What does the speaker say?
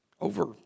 over